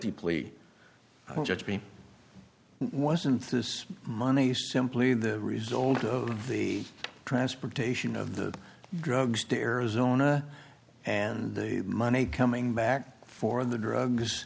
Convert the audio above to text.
me wasn't this money simply the result of the transportation of the drugs to arizona and the money coming back for the drugs